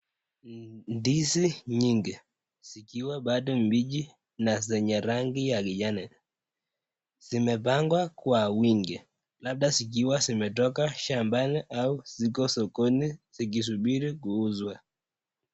Ndizi nyingi zikiwa bado ni mbichi na zenye rangi ya kijani. Zimepangwa kwa wingi labda zikiwa zimetoka shambani au ziko sokoni zikisubiri kuuzwa.